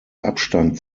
abstand